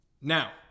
Now